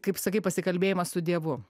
kaip sakai pasikalbėjimas su dievu